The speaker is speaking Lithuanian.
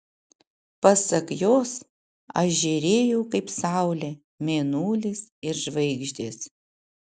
pasak jos aš žėrėjau kaip saulė mėnulis ir žvaigždės